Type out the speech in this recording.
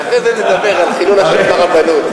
ואחרי זה נדבר על חילול השם ברבנות.